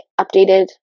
updated